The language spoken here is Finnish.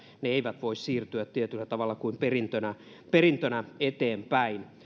ne asunnot eivät voi siirtyä tietyllä tavalla ikään kuin perintönä perintönä eteenpäin